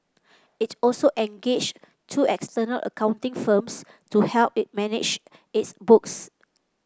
it also engaged two external accounting firms to help it manage its books